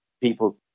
people